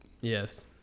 Yes